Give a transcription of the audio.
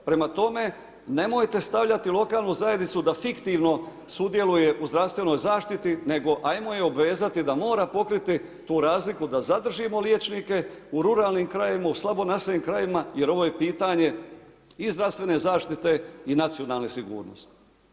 Prema tome nemojte stavljati lokalnu zajednicu da fiktivno sudjeluje u zdravstvenoj zaštiti, nego ajmo je obvezati da mora pokriti tu razliku da zadržimo liječnike u ruralnim krajevima, u slabo naseljenim krajevima jer ovo je pitanje i zdravstvene zaštite i nacionalne sigurnosti.